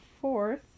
fourth